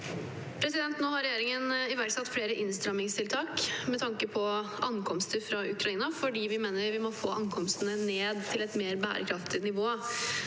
krevende. Nå har regjeringen iverksatt flere innstrammingstiltak med tanke på ankomster fra Ukraina fordi vi mener vi må få ankomstene ned til et mer bærekraftig nivå.